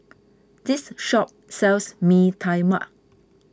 this shop sells Mee Tai Mak